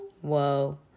Whoa